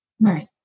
Right